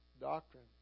doctrine